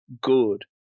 good